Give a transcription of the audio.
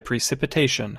precipitation